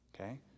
Okay